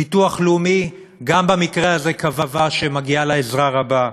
ביטוח לאומי גם במקרה הזה קבע שמגיעה לה עזרה רבה.